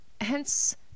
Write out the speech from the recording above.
hence